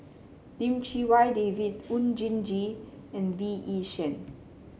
Lim Chee Wai David Oon Jin Gee and Lee Yi Shyan